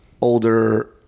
older